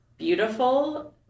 beautiful